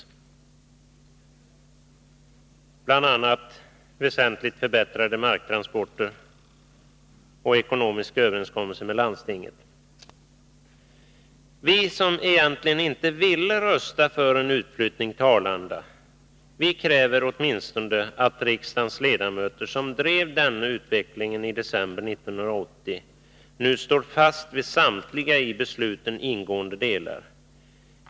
Det gäller bl.a. väsentligt förbättrade marktransporter och ekonomisk överenskommelse med landstinget. Vi som egentligen inte ville rösta för en utflyttning till Arlanda, vi kräver åtminstone att riksdagens ledamöter, som drev denna utveckling i december 1980, nu står fast vid samtliga i besluten ingående delar.